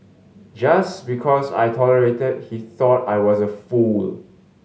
just because I tolerated he thought I was a fool